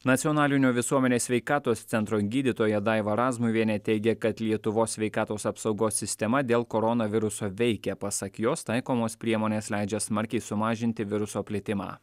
nacionalinio visuomenės sveikatos centro gydytoja daiva razmuvienė teigia kad lietuvos sveikatos apsaugos sistema dėl koronaviruso veikia pasak jos taikomos priemonės leidžia smarkiai sumažinti viruso plitimą